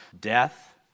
Death